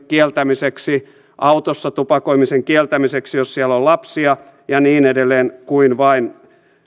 kieltämiseksi autossa tupakoimisen kieltämiseksi jos siellä on lapsia ja niin edelleen kuin vain